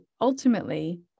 ultimately